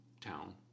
town